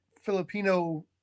Filipino